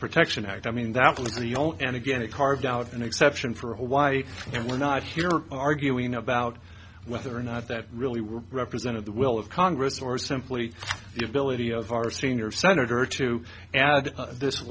protection act i mean that was the only and again it carved out an exception for hawaii and we're not here arguing about whether or not that really were represented the will of congress or simply the ability of our senior senator to add this